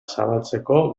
zabaltzeko